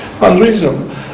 unreasonable